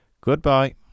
Goodbye